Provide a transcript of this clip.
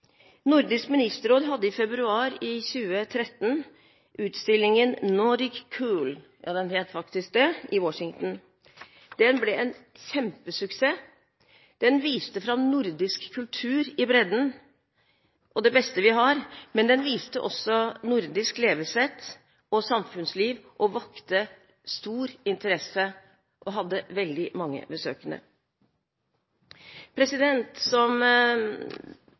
Nordisk ministerråd hadde i februar i 2013 utstillingen Nordic Cool – ja, den het faktisk det – i Washington. Den ble en kjempesuksess. Den viste fram nordisk kultur i bredden og det beste vi har, men den viste også nordisk levesett og samfunnsliv og vakte stor interesse og hadde veldig mange besøkende. Som president